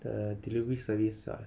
the delivery service [what]